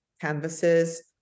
canvases